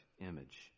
image